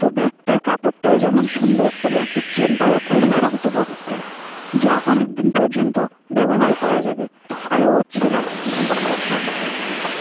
তো ব্যাগটার কাপড়টাও যেমন সুন্দর ও ব্যাগটির চেনটাও খুবই শক্তপোক্ত যা অনেক দিন পর্যন্ত ব্যবহারও করা যাবে আরও ছেঁড়ার খুবই ভয় কম থাকবে